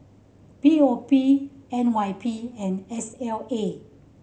P O P N Y P and S L A